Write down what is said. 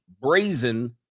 brazen